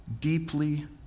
deeply